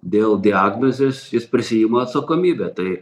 dėl diagnozės jis prisiima atsakomybę tai